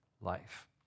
life